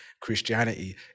christianity